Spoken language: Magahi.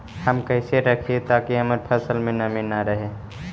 हम कैसे रखिये ताकी हमर फ़सल में नमी न रहै?